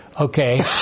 Okay